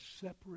separate